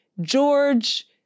George